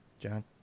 John